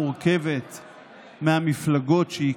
יושבת מפלגת העבודה, שולחת את נחמן